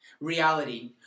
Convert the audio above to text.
Reality